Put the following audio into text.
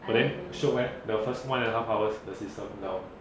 but then chill leh the first one and a half hours the system down